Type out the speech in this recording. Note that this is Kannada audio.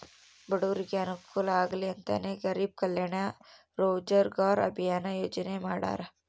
ಬಡೂರಿಗೆ ಅನುಕೂಲ ಆಗ್ಲಿ ಅಂತನೇ ಗರೀಬ್ ಕಲ್ಯಾಣ್ ರೋಜಗಾರ್ ಅಭಿಯನ್ ಯೋಜನೆ ಮಾಡಾರ